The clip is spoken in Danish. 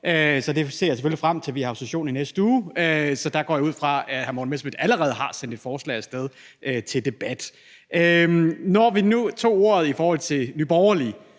Så det ser jeg selvfølgelig frem til. Vi har jo session i næste uge, så der går jeg ud fra, at hr. Morten Messerschmidt allerede har sendt et forslag af sted til debat. Når jeg nu tager ordet i forhold til Nye Borgerliges